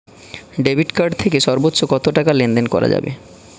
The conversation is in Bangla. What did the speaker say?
ডেবিট কার্ড থেকে সর্বোচ্চ কত টাকা লেনদেন করা যাবে?